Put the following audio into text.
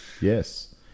Yes